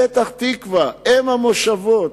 פתח-תקווה, אם המושבות,